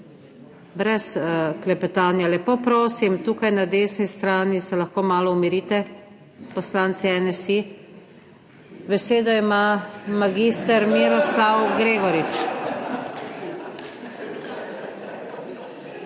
Brez klepetanja, lepo prosim. Tukaj na desni strani se lahko malo umirite, poslanci Nsi. Besedo ima mag. Miroslav Gregorič.